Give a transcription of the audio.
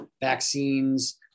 vaccines